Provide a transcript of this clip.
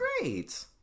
great